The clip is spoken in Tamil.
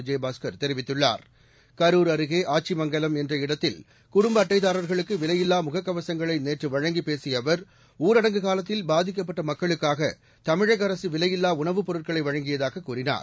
விஜயபாஸ்கர் தெரிவித்துள்ாளர் கரூர் அருகே ஆச்சிமங்கலம் என்ற இடத்தில் குடும்ப அட்டைதாரர்களுக்கு விலையில்லா முகக்கவசங்களை நேற்று வழங்கிப் பேசிய அவர் ஊரடங்கு காலத்தில் பாதிக்கப்பட்ட மக்களுக்காக தமிழக அரசு விலையில்லா உணவுப் பொருட்களை வழங்கியதாக கூறினார்